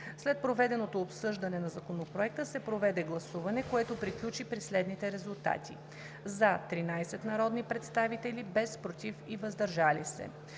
След проведеното обсъждане на Законопроекта се проведе гласуване, което приключи при следните резултати: „за“ – 13 народни представители, без „против“ и „въздържал се“.